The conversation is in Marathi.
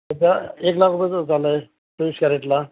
आता एक लाख रुपये होत चाललय चोवीस कॅरेटला